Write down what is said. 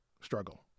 struggle